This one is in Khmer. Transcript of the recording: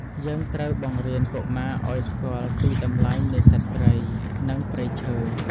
យើងត្រូវបង្រៀនកុមារឱ្យស្គាល់ពីតម្លៃនៃសត្វព្រៃ និងព្រៃឈើ។